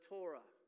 Torah